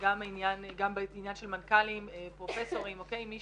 וגם בעניין של מנכ"לים, פרופסורים, מי